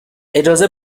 اجازه